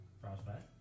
Frostbite